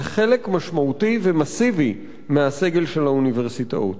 זה חלק משמעותי ומסיבי מהסגל של האוניברסיטאות.